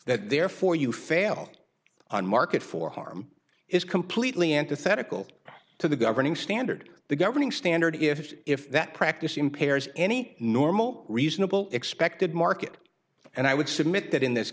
that there for you fail on market for harm is completely antithetical to the governing standard the governing standard if if that practice impairs any normal reasonable expected market and i would submit that in this